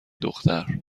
دختر